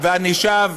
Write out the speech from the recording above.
אני שב